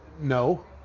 No